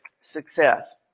success